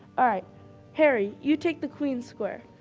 alright harry, you take the queen's square.